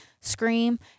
scream